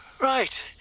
Right